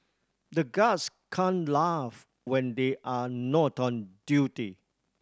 the guards can't laugh when they are not on duty